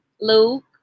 Luke